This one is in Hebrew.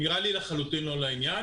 נראה לי לחלוטין לא לעניין.